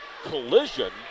collision